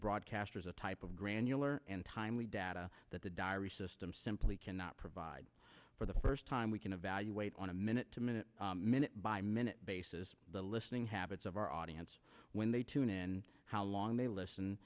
broadcasters a type of granular and timely data that the diary system simply cannot provide for the first time we can evaluate on a minute to minute minute by minute basis the listening habits of our audience when they tune in how long they listen